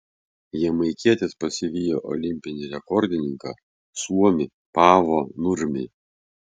jamaikietis pasivijo olimpinį rekordininką suomį paavo nurmį